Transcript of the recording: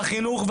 החינוך,